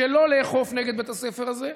שלא לאכוף נגד בית הספר הזה,